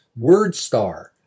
WordStar